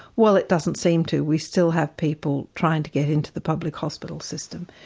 well it doesn't seem to, we still have people trying to get into the public hospital system.